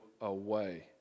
away